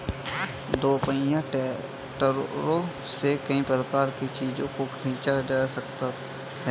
दोपहिया ट्रैक्टरों से कई प्रकार के चीजों को खींचा जा सकता है